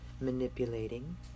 manipulating